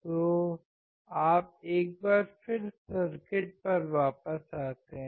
तो आप एक बार फिर सर्किट पर वापस आते हैं